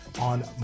on